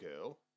girl